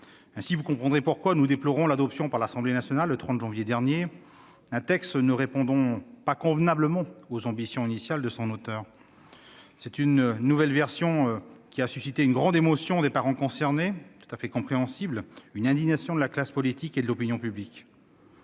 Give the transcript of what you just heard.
vous comprendrez pourquoi nous déplorons l'adoption, par l'Assemblée nationale, le 30 janvier dernier, d'un texte ne répondant pas convenablement aux ambitions initiales de son auteur. Cette nouvelle version a suscité une grande émotion, tout à fait compréhensible, des parents concernés, une indignation de la classe politique et de l'opinion publique